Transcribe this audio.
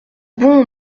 bon